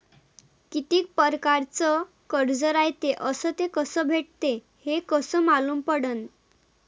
कितीक परकारचं कर्ज रायते अस ते कस भेटते, हे कस मालूम पडनं?